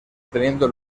teniendo